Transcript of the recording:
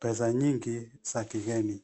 pesa nyingi za kigeni.